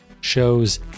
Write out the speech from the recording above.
shows